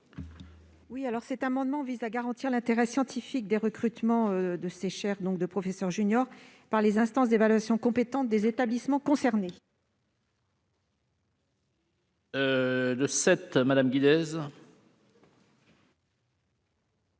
Robert. Cet amendement vise à garantir l'intérêt scientifique des recrutements des chaires de professeur junior par les instances d'évaluation compétentes des établissements concernés. L'amendement